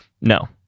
No